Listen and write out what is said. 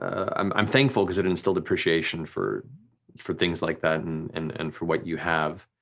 ah um i'm thankful cause it instilled appreciation for for things like that and and and for what you have.